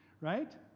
right